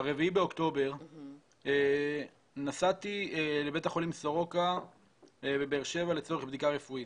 ב-4 באוקטובר נסעתי לבית החולים סורוקה בבאר שבע לצורך בדיקה רפואית.